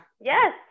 yes